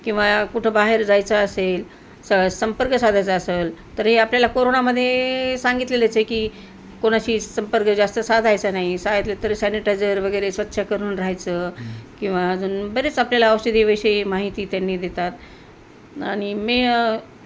किंवा कुठं बाहेर जायचं असेल स संपर्क साधायचा असेल तर हे आपल्याला कोरोनामध्ये सांगितलेलंच आहे की कोणाशी संपर्क जास्त साधायचा नाही साधले तरी सॅनिटायझर वगैरे स्वच्छ करून राहायचं किंवा अजून बरेच आपल्याला औषधीविषयी माहिती त्यांनी देतात आणि मे